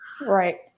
Right